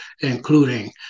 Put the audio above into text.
including